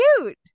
cute